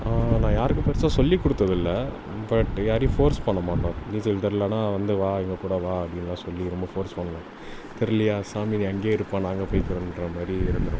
நான் யாருக்கும் பெருசாக சொல்லிக்கொடுத்ததில்ல பட் யாரையும் ஃபோர்ஸ் பண்ணமாட்டோம் நீச்சல் தெரிலனா வந்து வா எங்கள்கூட வா அப்படின்லாம் சொல்லி ரொம்ப ஃபோர்ஸ் பண்ண மாட்டோம் தெரிலையா சாமி நீ அங்கே இருப்பா நாங்கள் போய்கிறோன்ற மாதிரி இருந்துருவோம்